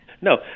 No